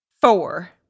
Four